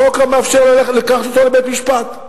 החוק מאפשר לקחת אותו לבית-משפט,